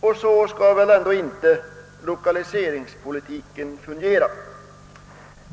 Så skall väl ändå inte lokaliseringspolitiken fungera!